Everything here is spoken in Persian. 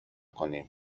کنیم